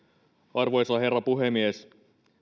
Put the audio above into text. arvoisa herra puhemies